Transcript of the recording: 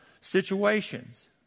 situations